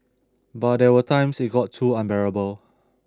but there were times it got too unbearable